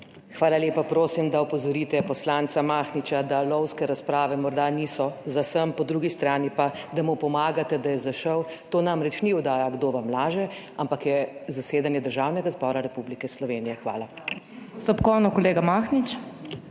Hvala lepa. Prosim, da opozorite poslanca Mahniča, da lovske razprave morda niso za sem. Po drugi strani pa, da mu pomagate, da je zašel. To namreč ni oddaja Kdo vam laže, ampak je zasedanje Državnega zbora Republike Slovenije. Hvala. **PODPREDSEDNICA MAG.